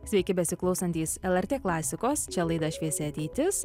sveiki besiklausantys lrt klasikos čia laida šviesi ateitis